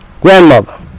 Grandmother